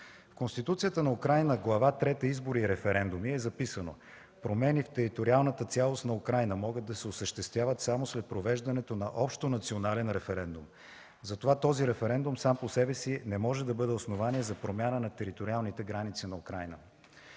В Конституцията на Украйна, Глава трета „Избори и референдуми” е записано: „Промени в териториалната цялост на Украйна могат да се осъществяват само след провеждането на общонационален референдум”. Затова този референдум сам по себе си не може да бъде основание за промяна на териториалните граници на Украйна.